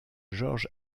george